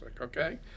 Okay